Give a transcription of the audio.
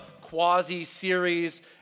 quasi-series